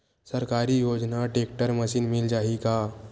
सरकारी योजना tractor machine मिल जाही का?